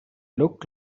looked